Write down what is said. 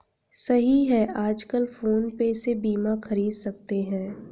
सही है आजकल फ़ोन पे से बीमा ख़रीद सकते हैं